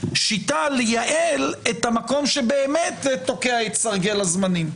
שיטה לייעל את המקום שבאמת תוקע את סרגל הזמנים.